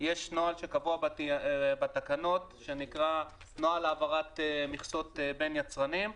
יש נוהל שקבוע בתקנות שנקרא "נוהל העברת מכסות בין יצרנים".